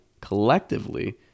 collectively